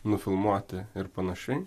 nufilmuoti ir panašiai